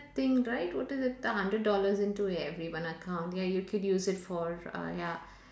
thing right what is it a hundred dollars into everyone account ya you could use it for uh ya